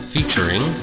Featuring